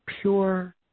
pure